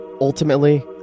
Ultimately